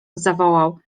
zawołał